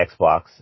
Xbox